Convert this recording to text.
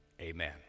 amen